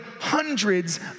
hundreds